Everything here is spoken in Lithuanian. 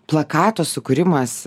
plakato sukūrimas